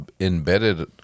embedded